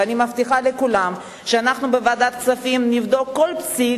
ואני מבטיחה לכולם שאנחנו בוועדת הכספים נבדוק כל פסיק,